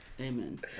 Amen